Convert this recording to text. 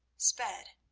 sped.